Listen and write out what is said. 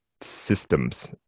systems